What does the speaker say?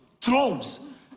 thrones